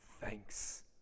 thanks